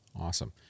awesome